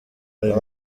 ayo